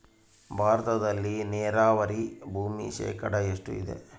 ಭಾರತದಲ್ಲಿ ನೇರಾವರಿ ಭೂಮಿ ಶೇಕಡ ಎಷ್ಟು ಇದೆ?